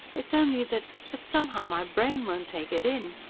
it's only that. that somehow my brain won't take it in.